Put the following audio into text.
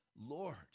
Lord